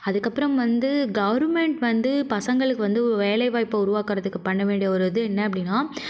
அதுக்கப்புறம் வந்து கவுர்மெண்ட் வந்து பசங்களுக்கு வந்து வேலை வாய்ப்பு உருவாக்கிறதுக்கு பண்ண வேண்டிய ஒரு இது என்ன அப்படினா